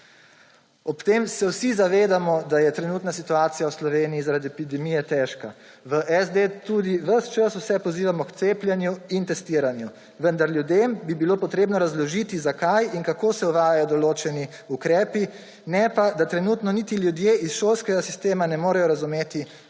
Ob tem se vsi zavedamo, da je trenutna situacija v Sloveniji zaradi epidemije težka. V SD tudi ves čas vse pozivamo k cepljenju in testiranju, vendar bi bilo ljudem potrebno razložiti, zakaj in kako se uvajajo določeni ukrepi, ne pa da trenutno niti ljudje iz šolskega sistema ne morejo razumeti